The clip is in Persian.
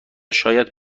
شاید